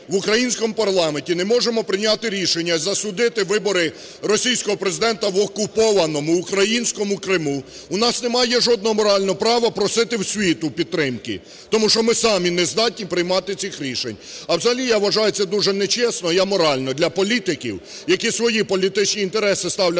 в українському парламенті не можемо прийняти рішення і засудити вибори російського Президента в окупованому українському Криму, у нас немає жодного морального права просити у світу підтримки, тому що ми самі не здатні приймати цих рішень. А взагалі я вважаю це дуже не чесно і аморально для політиків, які свої політичні інтереси ставлять на